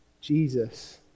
Jesus